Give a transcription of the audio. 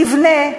נבנה,